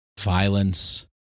violence